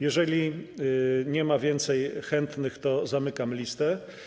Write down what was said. Jeżeli nie ma więcej chętnych, to zamykam listę.